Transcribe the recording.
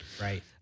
Right